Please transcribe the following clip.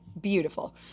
Beautiful